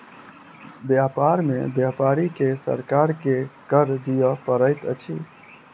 व्यापार में व्यापारी के सरकार के कर दिअ पड़ैत अछि